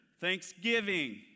Thanksgiving